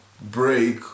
break